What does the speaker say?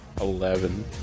Eleven